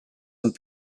and